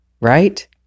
right